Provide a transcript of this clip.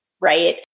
Right